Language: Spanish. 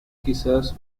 quizás